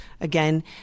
again